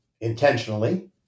intentionally